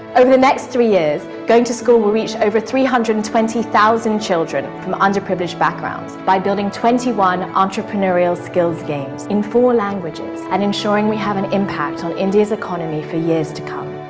over the next three years, going to school will reach over three hundred and twenty thousand children from underprivileged backgrounds by building twenty one entrepreneurial skills games in four languages and ensuring we have an impact on india's economy for years to come.